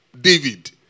David